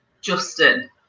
Justin